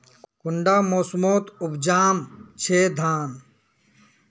कुंडा मोसमोत उपजाम छै धान?